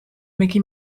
mickey